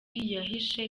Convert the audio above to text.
yahishe